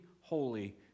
holy